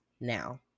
now